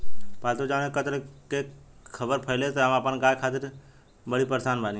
पाल्तु जानवर के कत्ल के ख़बर फैले से हम अपना गाय खातिर बड़ी परेशान बानी